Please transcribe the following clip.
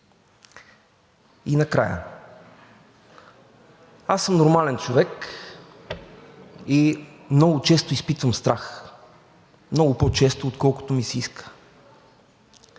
И накрая, аз съм нормален човек и много често изпитвам страх, много по-често, отколкото ми се иска,